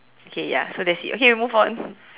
okay ya so that's it okay move on